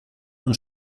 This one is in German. und